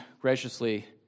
graciously